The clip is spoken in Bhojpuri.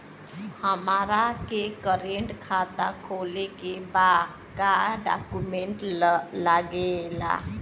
हमारा के करेंट खाता खोले के बा का डॉक्यूमेंट लागेला?